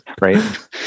Right